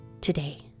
today